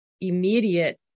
immediate